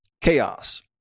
Chaos